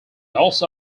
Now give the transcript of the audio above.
also